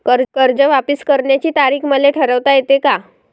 कर्ज वापिस करण्याची तारीख मले ठरवता येते का?